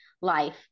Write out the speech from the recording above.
life